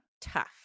tough